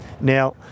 Now